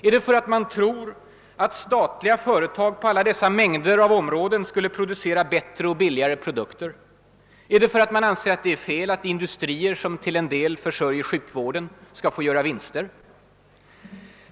är det för att man tror att statliga företag på alla dessa mängder av områden skulle producera bättre och billigare produkter? Är det för att man anser det fel att industrier som till en del försörjer sjukvården inte skall få göra vinster?